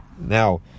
now